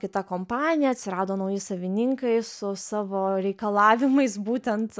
kita kompanija atsirado nauji savininkai su savo reikalavimais būtent